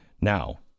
Now